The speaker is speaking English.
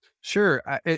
Sure